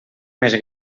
més